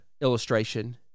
illustration